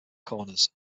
corners